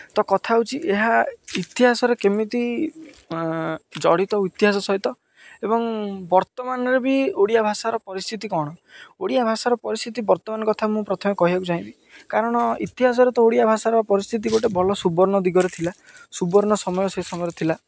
ତ କଥା ହେଉଛି ଏହା ଇତିହାସରେ କେମିତି ଜଡ଼ିତ ଇତିହାସ ସହିତ ଏବଂ ବର୍ତ୍ତମାନରେ ବି ଓଡ଼ିଆ ଭାଷାର ପରିସ୍ଥିତି କ'ଣ ଓଡ଼ିଆ ଭାଷାର ପରିସ୍ଥିତି ବର୍ତ୍ତମାନ କଥା ମୁଁ ପ୍ରଥମେ କହିବାକୁ ଚାହିଁବି କାରଣ ଇତିହାସରେ ତ ଓଡ଼ିଆ ଭାଷାର ପରିସ୍ଥିତି ଗୋଟେ ଭଲ ସୁୁବର୍ଣ୍ଣ ଦିଗରେ ଥିଲା ସୁବର୍ଣ୍ଣ ସମୟ ସେ ସମୟରେ ଥିଲା